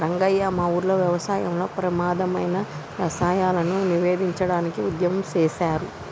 రంగయ్య మా ఊరిలో వ్యవసాయంలో ప్రమాధమైన రసాయనాలను నివేదించడానికి ఉద్యమం సేసారు